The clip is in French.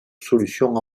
solutions